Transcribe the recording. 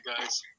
guys